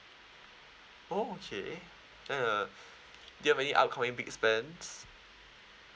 oh okay and uh do you have any upcoming big spends